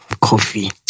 coffee